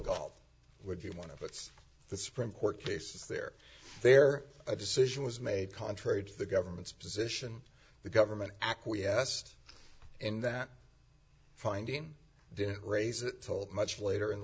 got would be one of it's the supreme court cases there their decision was made contrary to the government's position the government acquiesced in that finding didn't raise it told much later in